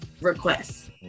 requests